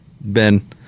ben